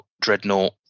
Dreadnought